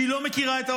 שלא מכירה את האויב,